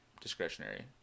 discretionary